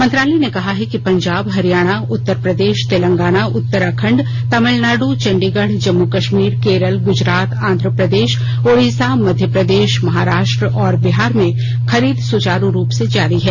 मंत्रालय ने कहा है कि पंजाब हरियाणा उत्तर प्रदेश तेलंगाना उत्तराखंड तमिलनाड चंडीगढ जम्म कश्मीर केरल गुजरात आंध्र प्रदेश ओडिशा मध्य प्रदेश महाराष्ट्र और बिहार में खरीद सुचारू रूप से जारी है